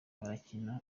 barakira